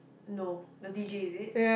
no the d_j is it